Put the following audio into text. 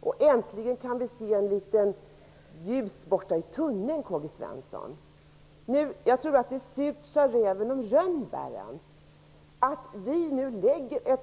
Och äntligen kan vi se ett litet ljus borta i tunneln, K. G. Svenson. Man skulle kunna säga: Surt sa räven om rönnbären. Vi lägger nu fram